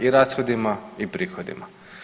I rashodima i prihodima.